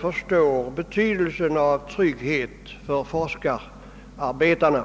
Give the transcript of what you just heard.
förstår betydelsen av trygghet för forskarna.